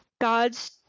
God's